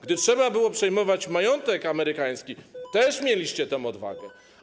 Gdy trzeba było przejmować majątek amerykański, też mieliście tę odwagę.